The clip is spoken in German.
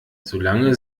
solange